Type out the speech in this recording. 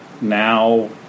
now